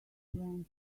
went